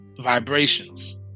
vibrations